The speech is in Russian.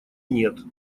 нет